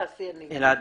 תודה.